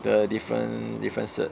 the different different cert